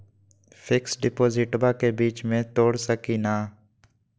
Fix डिपोजिटबा के बीच में तोड़ सकी ना?